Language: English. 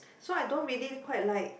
so I don't really quite like